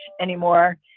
anymore